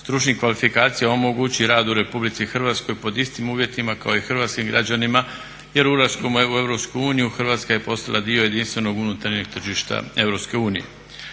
stručnih kvalifikacija omogući rad u Republici Hrvatskoj pod istim uvjetima kao i hrvatskim građanima jer ulaskom u Europsku uniju Hrvatska je postala dio jedinstvenog unutarnjeg tržišta